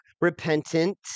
repentant